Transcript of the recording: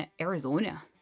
Arizona